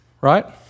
Right